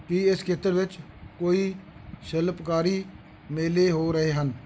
ਕੀ ਇਸ ਖੇਤਰ ਵਿੱਚ ਕੋਈ ਸ਼ਿਲਪਕਾਰੀ ਮੇਲੇ ਹੋ ਰਹੇ ਹਨ